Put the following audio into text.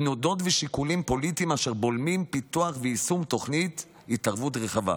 תנודות ושיקולים פוליטיים אשר בולמים פיתוח ויישום תוכנית התערבות רחבה.